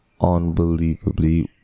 unbelievably